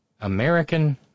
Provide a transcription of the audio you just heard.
American